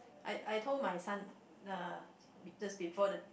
I I told my son uh just before the